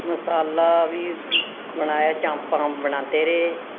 मसाला बी बनाया चांपां बनांदे रेह्